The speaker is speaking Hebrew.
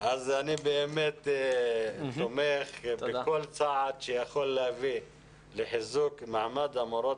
אני באמת תומך בכל צעד שיכול להביא לחיזוק מעמד המורות